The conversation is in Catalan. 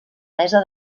mesa